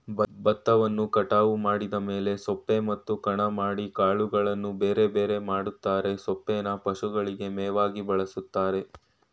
ಬತ್ತವನ್ನು ಕಟಾವು ಮಾಡಿದ ಮೇಲೆ ಸೊಪ್ಪೆ ಮತ್ತು ಕಣ ಮಾಡಿ ಕಾಳುಗಳನ್ನು ಬೇರೆಬೇರೆ ಮಾಡ್ತರೆ ಸೊಪ್ಪೇನ ಪಶುಗಳಿಗೆ ಮೇವಾಗಿ ಬಳಸ್ತಾರೆ